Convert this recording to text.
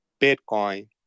Bitcoin